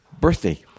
birthday